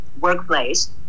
workplace